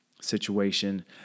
situation